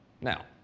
Now